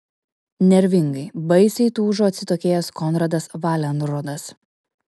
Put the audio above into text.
nervingai baisiai tūžo atsitokėjęs konradas valenrodas